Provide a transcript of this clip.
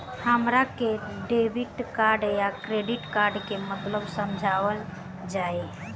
हमरा के डेबिट या क्रेडिट कार्ड के मतलब समझावल जाय?